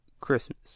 christmas